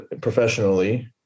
professionally